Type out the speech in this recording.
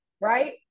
right